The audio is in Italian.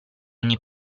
ogni